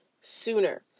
sooner